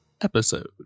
episode